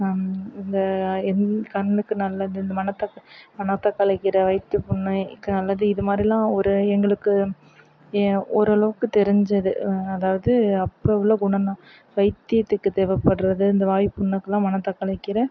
இந்த எந் கண்ணுக்கு நல்லது இந்த மணத்தக்கா மணத்தக்காளிக்கீரை வயிற்றுப் புண்ணுக்கு நல்லது இது மாதிரில்லாம் ஒரு எங்களுக்கு ஏன் ஓரளவுக்குத் தெரிஞ்சது அதாவது அப்போ உள்ள குணம்னால் வைத்தியத்துக்கு தேவைப்பட்றது இந்த வாய்ப்புண்ணுக்குலாம் மணத்தக்காளிக்கீரை